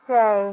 Say